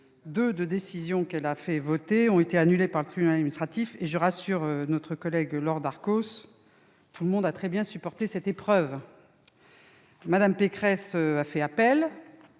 des décisions qu'elle a fait adopter ont été annulées par le tribunal administratif. À ce sujet, je tiens à rassurer Laure Darcos, tout le monde a très bien supporté cette épreuve ! Mme Pécresse a fait appel